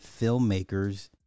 filmmakers